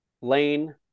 Lane